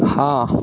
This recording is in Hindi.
हाँ